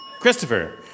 Christopher